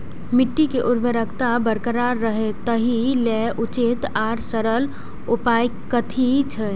मिट्टी के उर्वरकता बरकरार रहे ताहि लेल उचित आर सरल उपाय कथी छे?